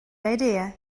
idea